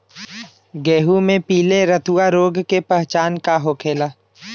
गेहूँ में पिले रतुआ रोग के पहचान का होखेला?